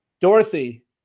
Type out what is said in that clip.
Dorothy